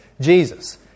Jesus